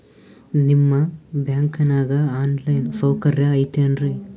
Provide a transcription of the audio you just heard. ನಿಮ್ಮ ಬ್ಯಾಂಕನಾಗ online ಸೌಕರ್ಯ ಐತೇನ್ರಿ?